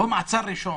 או מעצר ראשון.